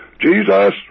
Jesus